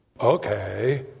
okay